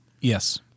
Yes